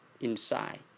inside